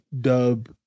dub